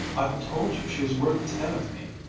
i've told you she is worth ten of me.